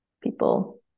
people